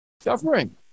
suffering